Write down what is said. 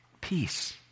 peace